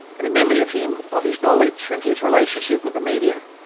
and in memory of him, of his knowledge, and his relationship with the media,